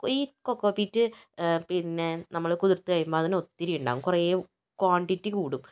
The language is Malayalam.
ഈ കൊക്കോ പീറ്റ് പിന്നെ നമ്മൾ കുതിർത്ത് കഴിയുമ്പോൾ അതിനു ഒത്തിരി ഉണ്ടാകും കുറെ ക്വാണ്ടിറ്റി കൂടും